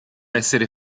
essere